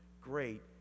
great